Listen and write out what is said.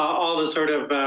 all this sort of